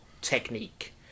technique